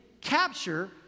capture